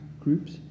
groups